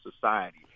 society